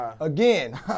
Again